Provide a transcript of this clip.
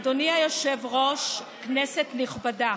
אדוני היושב-ראש, כנסת נכבדה,